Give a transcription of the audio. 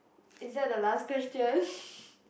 is that the last question